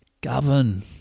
Govern